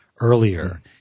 earlier